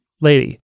lady